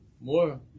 more